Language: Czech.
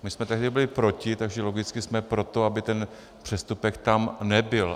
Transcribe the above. My jsme tehdy byli proti, takže logicky jsme pro to, aby tam ten přestupek nebyl.